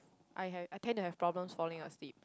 I have I tend to have problems falling asleep